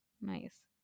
Nice